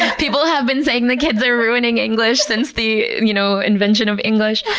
people have been saying the kids are ruining english since the you know invention of english.